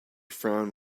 frown